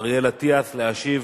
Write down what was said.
אריאל אטיאס להשיב